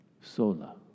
sola